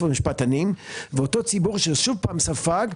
דבר למשפטנים ואותו ציבור ששוב פעם ספג,